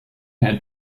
had